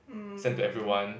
send to everyone